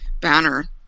banner